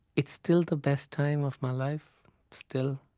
it's still the best time of my life still.